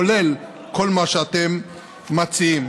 כולל כל מה שאתם מציעים.